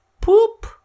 poop